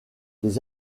des